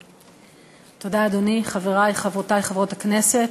תודה, אדוני, חברי וחברותי חברות הכנסת,